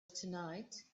tonight